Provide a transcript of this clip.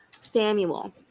Samuel